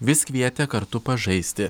vis kvietė kartu pažaisti